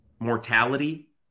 mortality